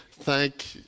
thank